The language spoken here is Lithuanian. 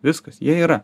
viskas jie yra